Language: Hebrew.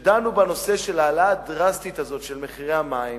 כשדנו בנושא ההעלאה הדרסטית הזאת, של מחירי המים,